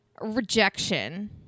rejection